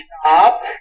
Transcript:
Stop